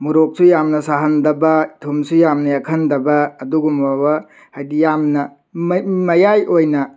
ꯃꯣꯔꯣꯛꯁꯨ ꯌꯥꯝꯅ ꯁꯥꯍꯟꯗꯕ ꯊꯨꯝꯁꯨ ꯌꯥꯝꯅ ꯌꯥꯛꯍꯟꯗꯕ ꯑꯗꯨꯒꯨꯝꯂꯕ ꯍꯥꯏꯗꯤ ꯌꯥꯝꯅ ꯃꯌꯥꯏ ꯑꯣꯏꯅ